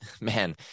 man